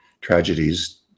tragedies